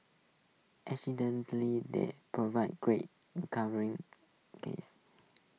additionally they provide greater recovering case